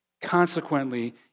Consequently